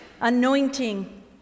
anointing